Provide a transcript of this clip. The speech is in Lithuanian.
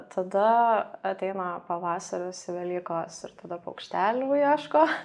tada ateina pavasaris velykos ir tada paukštelių ieško